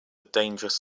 dangerous